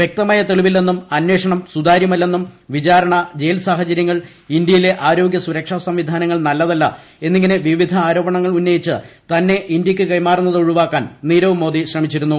വൃക്തമായ തെളിവില്ലെന്നും അന്വേഷണം സുതാര്യമല്ലെന്നും വിചാരണ ജയിൽ സാഹചരൃങ്ങൾ ഇന്ത്യയിലെ ആരോഗ്യ സുരക്ഷാ സംവിധാനങ്ങൾ നല്ലതല്ല എന്നിങ്ങനെ വിവിധ ആരോപണങ്ങൾ ഉന്നയിച്ച് തന്നെ ഇന്ത്യക്ക് കൈമാറുന്നത് ഒഴിവാക്കാൻ നീരവ് മോദി ശ്രമിച്ചിരുന്നു